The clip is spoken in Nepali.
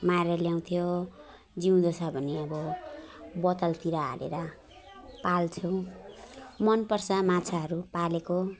मारेर ल्याउँथ्यो जिउँदो छ भने अब बोतलतिर हालेर पाल्थियौँ मन पर्छ माछाहरू पालेको